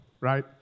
right